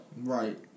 Right